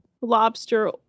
lobster